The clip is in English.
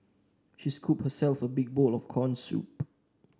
she scooped herself a big bowl of corn soup